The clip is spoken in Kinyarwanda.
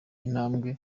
intambwe